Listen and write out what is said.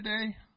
today